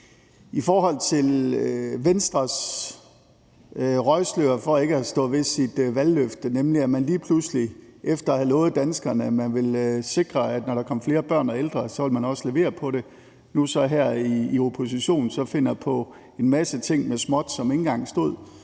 i forhold til Venstres røgslør, altså at man ikke står ved sit valgløfte – for lige pludselig og efter at have lovet danskerne, at man ville sikre, at når der kom flere børn og ældre, ville man også levere på det, finder man på nu, hvor man er i opposition, at skrive en masse ting med småt, som der ikke engang stod